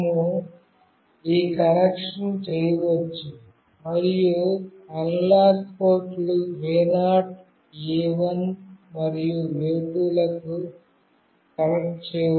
మేము ఈ కనెక్షన్ని చేయవచ్చు మరియు అనలాగ్ పోర్ట్లు A0 A1 మరియు A2 లకు కనెక్ట్ చేయవచ్చు